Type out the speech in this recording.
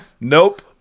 Nope